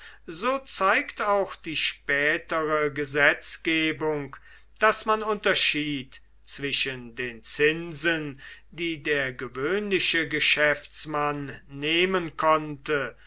so zeigt auch die spätere gesetzgebung daß man unterschied zwischen den zinsen die der gewöhnliche geschäftsmann nehmen konnte